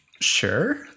sure